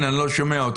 יש שיח, אבל נדרשות